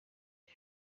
est